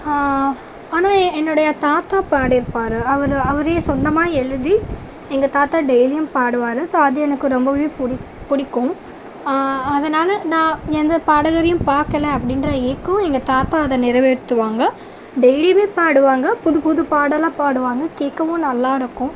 ஆனால் என்னுடைய தாத்தா பாடிருப்பார் அவர் அவரே சொந்தமாக எழுதி எங்கள் தாத்தா டெய்லியும் பாடுவார் ஸோ அது எனக்கு ரொம்பவே புடிக் பிடிக்கும் அதனால் நான் எந்த பாடகரையும் பார்க்கல அப்படின்ற ஏக்கம் எங்கள் தாத்தா அதை நிறவேத்துவாங்க டெய்லியும் பாடுவாங்க புது புது பாடலாக பாடுவாங்க கேட்கவும் நல்லாயிருக்கும்